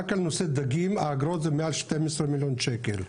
רק על נושא דגים האגרות זה מעל 12 מיליון שקל,